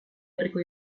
herriko